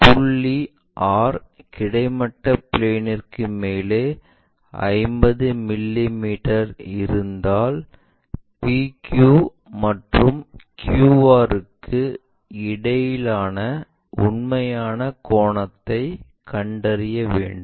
புள்ளி R கிடைமட்ட பிளேன்ற்கு மேலே 50 மிமீ இருந்தால் PQ மற்றும் QR க்கு இடையிலான உண்மையான கோணத்தை கண்டறிய வேண்டும்